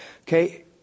Okay